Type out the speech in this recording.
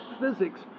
physics